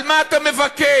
על מה אתה בוכה,